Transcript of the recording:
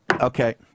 Okay